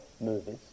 movies